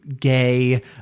gay